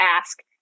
ask